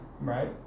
Right